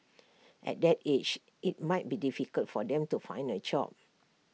at that age IT might be difficult for them to find A job